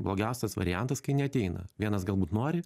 blogiausias variantas kai neateina vienas galbūt nori